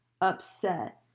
upset